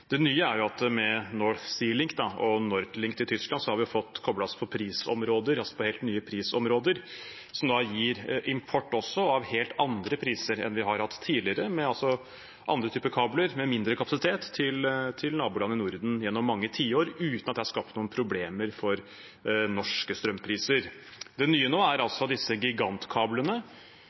Det nye er at med North Sea Link og NordLink til Tyskland har vi koblet oss på helt nye prisområder, som da også gir import av helt andre priser enn vi har hatt tidligere. Vi har hatt andre typer kabler med mindre kapasitet til naboland i Norden gjennom mange tiår uten at det har skapt noen problemer for norske strømpriser. Det nye nå er disse gigantkablene,